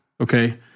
okay